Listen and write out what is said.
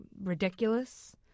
ridiculous